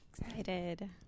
Excited